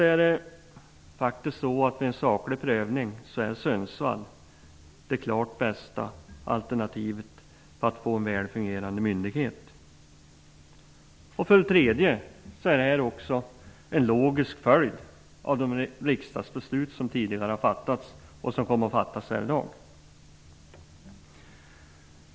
För det andra är Sundsvall vid en saklig prövning det klart bästa alternativet för att skapa en väl fungerande myndighet. För det tredje är en lokalisering till Sundsvall en logisk följd av riksdagsbeslut som tidigare har fattats och som kommer att fattas i dag.